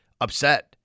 upset